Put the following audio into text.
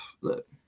look